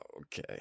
Okay